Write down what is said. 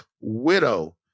Widow